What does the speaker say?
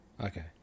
okay